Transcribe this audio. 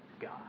God